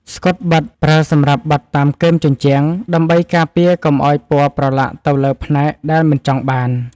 ស្កុតបិទ ប្រើសម្រាប់បិទតាមគែមជញ្ជាំង ដើម្បីការពារកុំឱ្យពណ៌ប្រឡាក់ទៅលើផ្នែកដែលមិនចង់បាន។